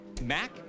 Mac